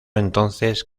entonces